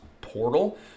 portal